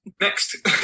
Next